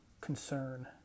concern